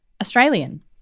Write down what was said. australian